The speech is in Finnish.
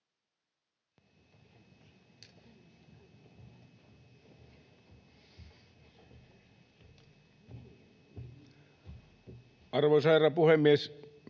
Arvoisa herra puhemies!